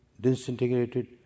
disintegrated